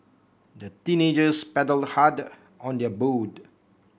the teenagers paddled hard on their boat